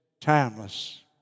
timeless